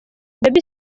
baby